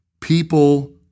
people